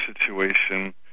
situation